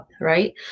right